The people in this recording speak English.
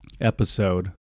episode